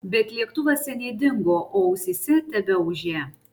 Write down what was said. bet lėktuvas seniai dingo o ausyse tebeūžė